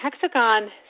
hexagon